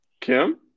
Kim